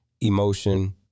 emotion